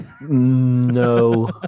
No